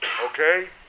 Okay